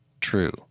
true